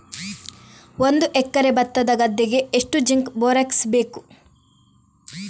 ಒಂದು ಎಕರೆ ಭತ್ತದ ಗದ್ದೆಗೆ ಎಷ್ಟು ಜಿಂಕ್ ಬೋರೆಕ್ಸ್ ಬೇಕು?